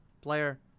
player